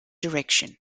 direction